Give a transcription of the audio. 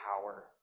power